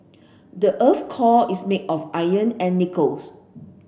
the earth core is made of iron and nickels